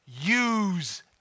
Use